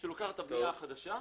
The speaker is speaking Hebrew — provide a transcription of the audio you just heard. שלוקחת את הבנייה החדשה,